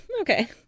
okay